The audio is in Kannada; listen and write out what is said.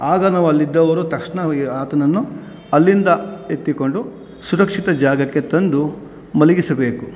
ಆಗ ನಾವು ಅಲ್ಲಿದ್ದವರು ತಕ್ಷಣ ಆತನನ್ನು ಅಲ್ಲಿಂದ ಎತ್ತಿಕೊಂಡು ಸುರಕ್ಷಿತ ಜಾಗಕ್ಕೆ ತಂದು ಮಲಗಿಸಬೇಕು